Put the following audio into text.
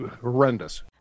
horrendous